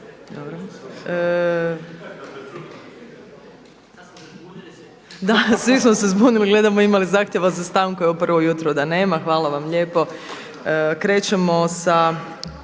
svi smo se zbunili. Gledamo ima li zahtjeva za stanku. Evo prvo jutro da nema. Hvala vam lijepo. Krećemo sa